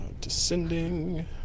descending